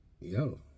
yo